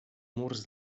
murs